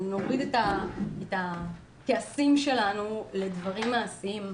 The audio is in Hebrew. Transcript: נוריד את הכעסים שלנו לדברים מעשיים.